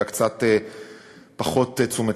לגבי פינה מסוימת שאני חושב שיש אליה קצת פחות תשומת